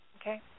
okay